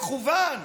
במכֻוון,